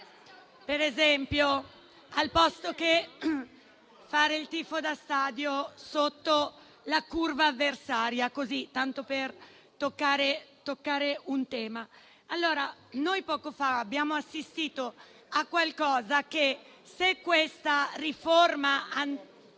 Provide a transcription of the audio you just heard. per esempio, piuttosto che fare il tifo da stadio sotto la curva avversaria, tanto per toccare un tema. Poco fa abbiamo assistito a qualcosa che, se questa riforma